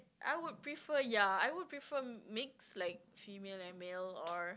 I would prefer ya I would prefer mix like female and male or